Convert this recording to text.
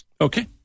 Okay